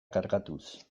kargatuz